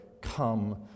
come